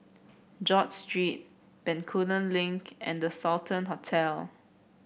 George Street Bencoolen Link and The Sultan Hotel